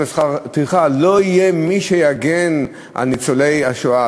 לשכר טרחה לא יהיה מי שיגן על ניצולי השואה,